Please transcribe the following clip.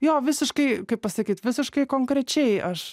jo visiškai kaip pasakyt visiškai konkrečiai aš